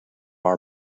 our